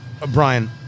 Brian